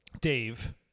Dave